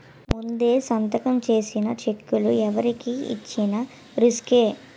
ముందే సంతకం చేసిన చెక్కులు ఎవరికి ఇచ్చిన రిసుకే